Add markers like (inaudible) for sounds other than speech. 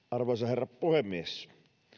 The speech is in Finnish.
(unintelligible) arvoisa herra puhemies